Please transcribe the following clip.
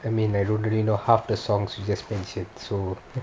I mean I don't really know half the songs you just mentioned so